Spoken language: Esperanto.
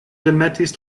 demetis